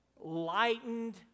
lightened